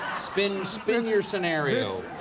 spin spin your scenario.